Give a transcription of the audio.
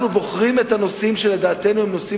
אנחנו בוחרים את הנושאים שלדעתנו הם נושאים